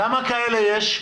כמה כאלה יש?